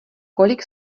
kolik